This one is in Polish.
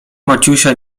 maciusia